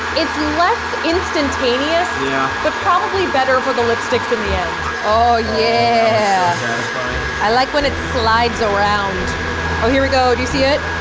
it's less instantaneous but probably better for the lipsticks in the end. ohh yeah i like when it slides around oh here we go, do you see it?